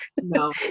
No